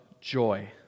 joy